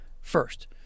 First